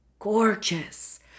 Gorgeous